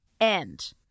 end